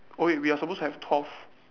oh wait we are supposed to have twelve